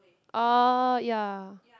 orh ya